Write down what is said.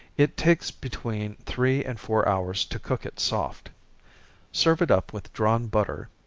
it takes between three and four hours to cook it soft serve it up with drawn butter.